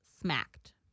smacked